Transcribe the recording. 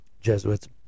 Jesuits